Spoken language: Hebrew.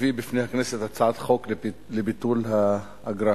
מביא בפני הכנסת הצעת חוק לביטול האגרה,